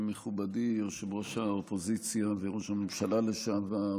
מכובדי ראש האופוזיציה וראש הממשלה לשעבר,